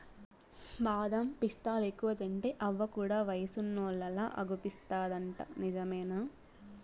బాదం పిస్తాలెక్కువ తింటే అవ్వ కూడా వయసున్నోల్లలా అగుపిస్తాదంట నిజమేనా